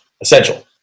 essential